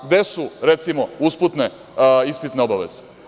Gde su, recimo, usputne ispitne obaveze?